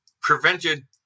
prevented